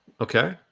Okay